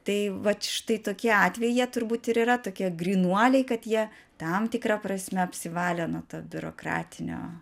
tai vat štai tokie atvejai jie turbūt ir yra tokie grynuoliai kad jie tam tikra prasme apsivalė nuo to biurokratinio